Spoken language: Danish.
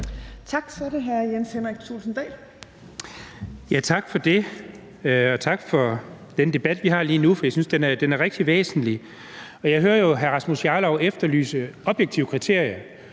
Dahl. Kl. 13:00 Jens Henrik Thulesen Dahl (DF): Tak for det, og tak for den debat, vi har lige nu, for jeg synes, den er rigtig væsentlig. Jeg hører jo hr. Rasmus Jarlov efterlyse objektive kriterier.